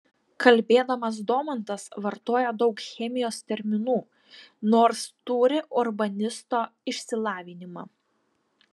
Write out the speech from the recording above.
kalbėdamas domantas vartoja daug chemijos terminų nors turi urbanisto išsilavinimą